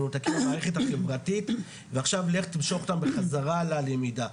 מנותקים מהמערכת החברתית ועכשיו לך תמשוך אותם בחזרה ללמידה.